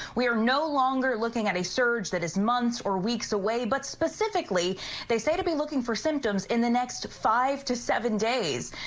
we are no longer looking at a surge that is months or weeks away but specifically they say to be looking for symptoms in the next five to seven days.